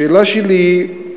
השאלה שלי היא,